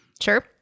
Sure